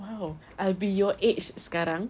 !wow! I'll be your age sekarang